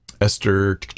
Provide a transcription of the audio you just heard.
Esther